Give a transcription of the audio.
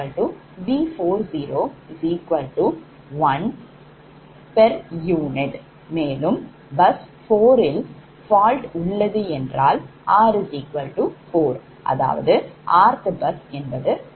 0pu மேலும் bus 4 ல் fault உள்ளது என்றால் r4 அதாவது rth bus என்பது fault bus ஆகும்